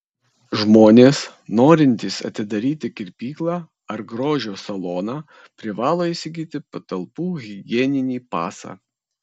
žmonės norintys atidaryti kirpyklą ar grožio saloną privalo įsigyti patalpų higieninį pasą